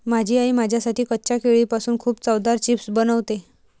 माझी आई माझ्यासाठी कच्च्या केळीपासून खूप चवदार चिप्स बनवते